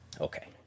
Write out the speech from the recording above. okay